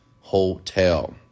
hotel